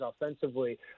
offensively